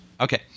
Okay